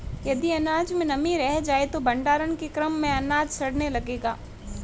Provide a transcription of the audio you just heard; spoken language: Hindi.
यदि अनाज में नमी रह जाए तो भण्डारण के क्रम में अनाज सड़ने लगेगा